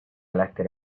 elected